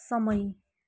समय